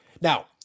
Now